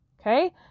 Okay